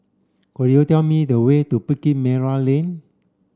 could you tell me the way to Bukit Merah Lane